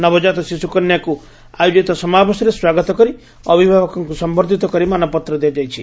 ନବ କାତ ଶିଶୁକନ୍ୟାଙ୍କୁ ଅୟୋଜିତ ସମାବେଶରେ ସ୍ୱାଗତ କରି ଅଭିଭାବକଙ୍କୁ ସମ୍ମର୍ଦ୍ଧିତ କରି ମାନପତ୍ର ଦିଆଯାଇଛି